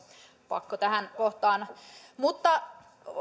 pakko tehdä tähän kohtaan mutta